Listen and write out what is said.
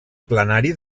plenari